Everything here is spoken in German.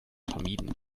vermieden